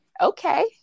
Okay